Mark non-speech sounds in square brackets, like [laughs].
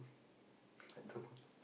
[laughs] I don't know